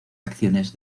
acciones